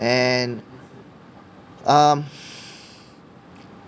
and um